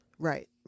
Right